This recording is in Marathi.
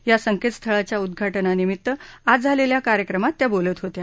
या संकेतस्थळाच्या उद्घाटनानिमीत्त आज झालेल्या कार्यक्रमात त्या बोलत होत्या